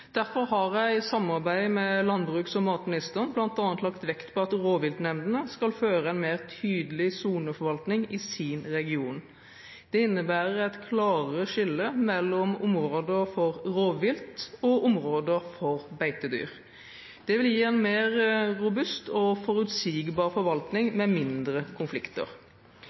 Derfor har jeg har i samarbeid med landbruks- og matministeren bl.a. lagt vekt på at rovviltnemndene skal føre en mer tydelig soneforvaltning i sin region. Det innebærer et klarere skille mellom områder for rovvilt og områder for beitedyr. Det vil gi en mer robust og forutsigbar forvaltning med mindre konflikter.